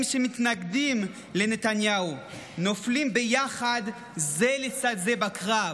שמתנגדים לנתניהו נופלים ביחד זה לצד זה בקרב.